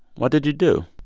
what did you do?